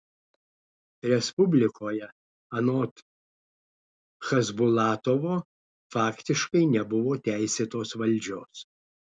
respublikoje anot chasbulatovo faktiškai nebuvo teisėtos valdžios